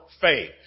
faith